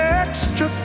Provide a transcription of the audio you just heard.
extra